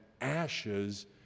ashes